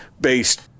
based